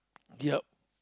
yup